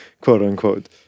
quote-unquote